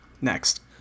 Next